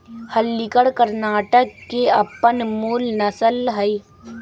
हल्लीकर कर्णाटक के अप्पन मूल नसल हइ